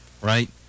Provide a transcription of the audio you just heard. right